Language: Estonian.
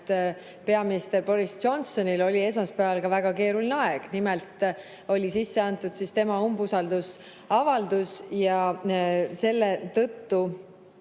et peaminister Boris Johnsonil oli esmaspäeval väga keeruline aeg. Nimelt oli tema vastu sisse antud umbusaldusavaldus ja selle tõttu